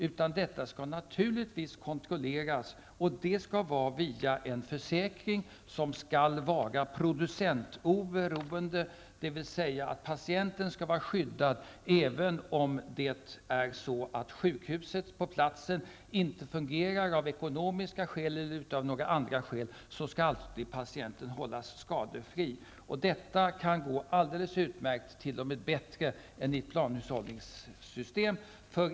Kontrollen skall naturligtvis utövas via en försäkring som skall vara producentberoende, dvs. att patienten skall vara skyddad även om sjukhuset inte fungerar av ekonomiska skäl eller av några andra skäl. Patienten skall alltså hållas skadefri. Detta kan gå alldeles utmärkt -- ja, t.o.m. bättre -- än i ett planhushållningssystem.